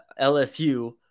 LSU